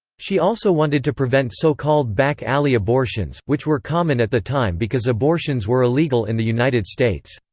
she also wanted to prevent so-called back-alley abortions, which were common at the time because abortions were illegal in the united states.